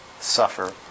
suffer